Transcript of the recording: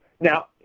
Now